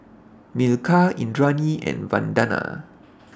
Milkha Indranee and Vandana